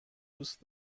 دوست